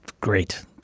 Great